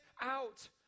out